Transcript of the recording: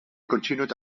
continued